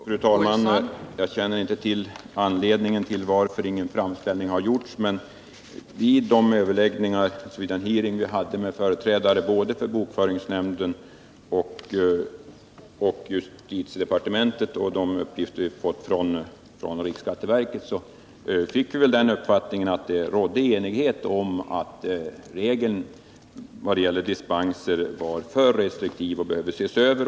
Fru talman! Jag känner inte till anledningen till att ingen sådan framställning har gjorts, men vid den hearing vi hade med företrädare både för bokföringsnämnden och för justitiedepartementet och av de uppgifter vi fått från riksskatteverket har vi fått den uppfattningen att det råder enighet om att dispensregeln är alltför restriktiv och bör ses över.